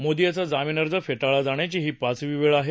मोदी याचा जामीन अर्ज फे ळिला जाण्याची ही पाचवी वेळ होती